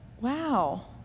wow